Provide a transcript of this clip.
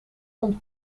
vond